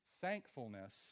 Thankfulness